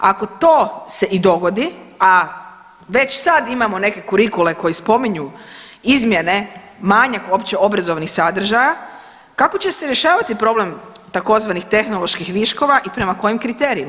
Ako to se i dogodi, a već sad imamo neke kurikule koji spominju izmjene, manjak opće obrazovnih sadržaja kako će se rješavati problem tzv. tehnoloških viškova i prema kojim kriterijima?